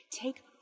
take